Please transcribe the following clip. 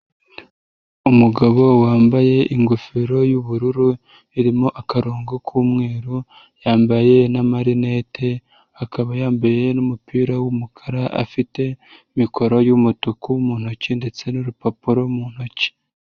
Umugabo wambaye ingofero y'ubururu, irimo akarongo k'umweru, yambaye n'amarinete, akaba yambaye n'umupira w'umukara, afite mikoro y'umutuku mu ntoki ndetse n'rupapuro mu ntoki.